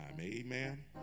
amen